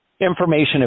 information